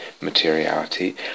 materiality